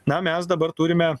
na mes dabar turime